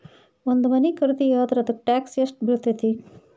ಒಂದ್ ಮನಿ ಖರಿದಿಯಾದ್ರ ಅದಕ್ಕ ಟ್ಯಾಕ್ಸ್ ಯೆಷ್ಟ್ ಬಿಳ್ತೆತಿ?